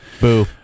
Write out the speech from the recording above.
Boo